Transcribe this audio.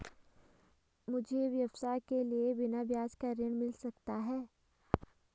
मुझे व्यवसाय के लिए बिना ब्याज का ऋण मिल सकता है?